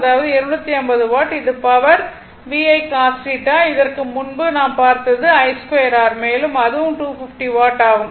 அதாவது 250 வாட் இது power VI cos θ இதற்கு முன்பு நாம் பார்த்தது I2 R மேலும் அதுவும் 250 வாட் ஆகும்